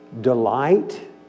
delight